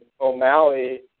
O'Malley